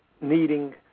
needing